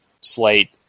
slate